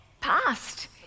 past